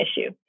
issue